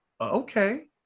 okay